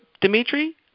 Dimitri